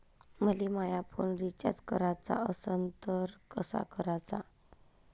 मले माया phone recharge कराचा असन तर कसा कराचा?